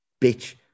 bitch